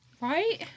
Right